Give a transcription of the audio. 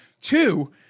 Two